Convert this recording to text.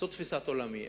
זו תפיסת עולמי.